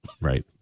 right